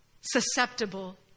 susceptible